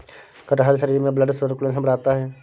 कटहल शरीर में ब्लड सर्कुलेशन बढ़ाता है